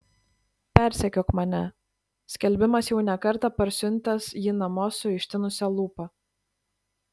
persekiok mane skelbimas jau ne kartą parsiuntęs jį namo su ištinusia lūpa